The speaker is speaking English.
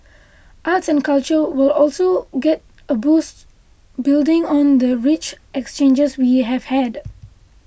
arts and culture will also get a boost building on the rich exchanges we have had